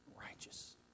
righteous